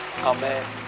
Amen